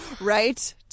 Right